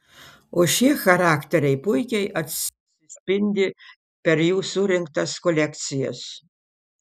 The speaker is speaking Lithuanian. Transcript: o šie charakteriai puikiai atsispindi per jų surinktas kolekcijas